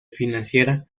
financiera